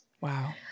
Wow